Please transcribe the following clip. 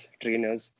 trainers